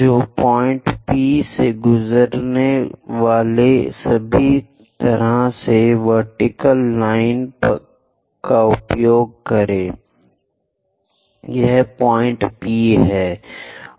तो point P से गुजरने वाले सभी तरह से वर्टिकल लाइन का उपयोग करें यह पॉइंट P है